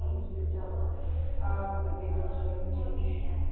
اَدٕسا بیٹا چلو ٹھیٖک چھُ